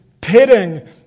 pitting